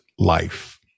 life